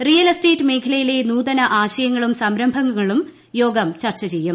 real estate മേഖലയിലെ നൂതന ആശയങ്ങളും സംരംഭങ്ങളും യോഗം ചർച്ച ചെയ്യും